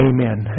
Amen